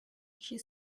she